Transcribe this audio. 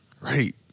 Right